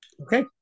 Okay